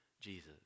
Jesus